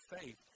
faith